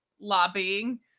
lobbying